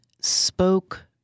spoke